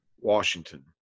Washington